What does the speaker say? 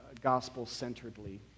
gospel-centeredly